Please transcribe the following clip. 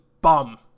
bum